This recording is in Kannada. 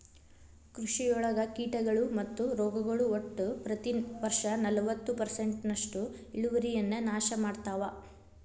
ಕೃಷಿಯೊಳಗ ಕೇಟಗಳು ಮತ್ತು ರೋಗಗಳು ಒಟ್ಟ ಪ್ರತಿ ವರ್ಷನಲವತ್ತು ಪರ್ಸೆಂಟ್ನಷ್ಟು ಇಳುವರಿಯನ್ನ ನಾಶ ಮಾಡ್ತಾವ